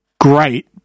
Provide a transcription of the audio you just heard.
great